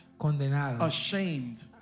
ashamed